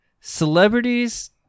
Celebrities